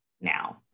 now